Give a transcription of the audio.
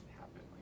happen